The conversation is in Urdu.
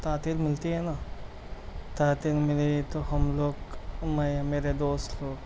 تعطیل ملتی ہے نا تعطیل ملی تو ہم لوگ میں میرے دوست لوگ